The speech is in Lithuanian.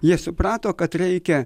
jie suprato kad reikia